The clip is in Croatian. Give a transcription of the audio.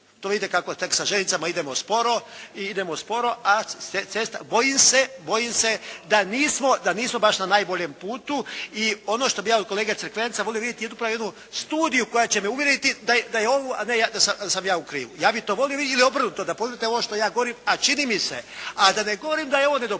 To vidite kako tek sa željeznicama idemo sporo a bojim se da nismo baš na najboljem putu. I ono što bih ja od kolege Crkvenca volio vidjeti jednu studiju koja će me uvjeriti da je ovo a da sam ja u krivu. Ja bih to volio vidjeti. Ili obrnuto, da potvrdite ovo što ja govorim a čini mi se, a da ne govorim da je ovo nedopustivo